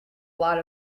lot